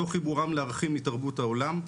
תוך חיבורם לערכים מתרבות העולם,